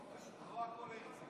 לא הכול הרצל.